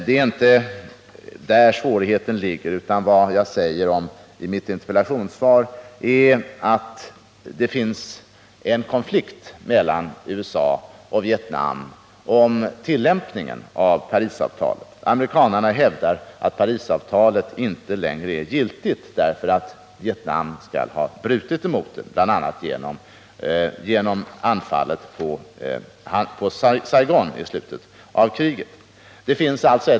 Det är inte där svårigheten ligger utan, som jag säger i mitt interpellationssvar, svårigheten beror på att det finns en konflikt mellan USA och Vietnam om tillämpningen av Parisavtalet. Amerikanarna hävdar att Parisavtalet inte längre är giltigt därför att Vietnam skall ha brutit mot det, bl.a. genom anfallet på Saigon i slutet av kriget.